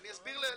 אני אסביר.